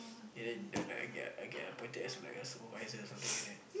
and then I get I get appointed as a supervisor or something like that